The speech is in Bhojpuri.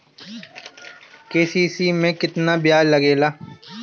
के.सी.सी में केतना ब्याज लगेला?